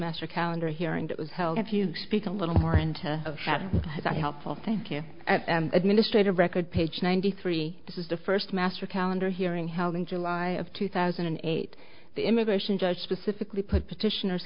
master calendar here and it was held if you speak a little more and of having that helpful thank you administrative record page ninety three this is the first master calendar hearing held in july of two thousand and eight the immigration judge specifically put petitioners